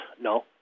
no